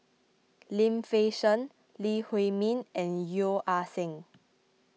Lim Fei Shen Lee Huei Min and Yeo Ah Seng